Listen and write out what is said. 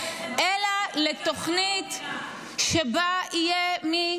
אלא לתוכנית שבה יהיה מי